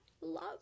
love